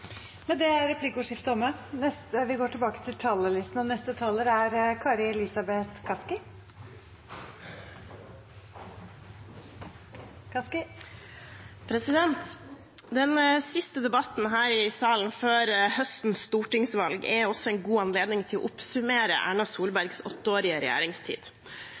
er replikkordskiftet omme. Den siste debatten her i salen før høstens stortingsvalg er også en god anledning til å oppsummere Erna Solbergs åtteårige regjeringstid.